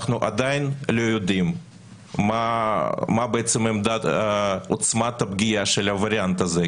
אנחנו עדיין לא יודעים מה עוצמת הפגיעה של הווריאנט הזה,